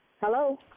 Hello